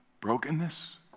brokenness